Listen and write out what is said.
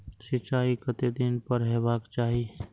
सिंचाई कतेक दिन पर हेबाक चाही?